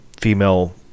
female